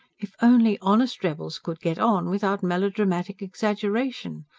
if only honest rebels could get on without melodramatic exaggeration!